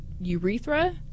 urethra